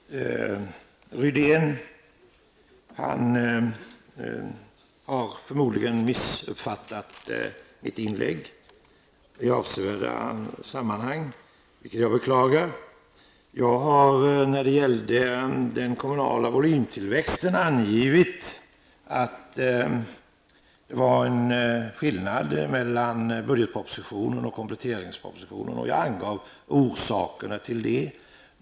Herr talman! Rune Rydén har förmodligen missuppfattat mitt inlägg, vilket jag beklagar. När det gäller den kommunala volymtillväxten har jag sagt att det var skillnad mellan budgetpropositionen och kompletteringspropositionen, och jag angav också orsakerna till det.